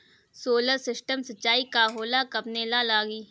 Solar system सिचाई का होला कवने ला लागी?